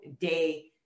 day